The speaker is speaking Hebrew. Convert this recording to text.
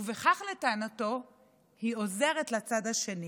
ובכך לטענתו היא עוזרת לצד השני.